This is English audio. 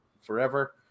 forever